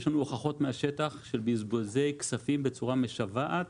יש לנו הוכחות מהשטח של בזבוזי כספים בצורה משוועת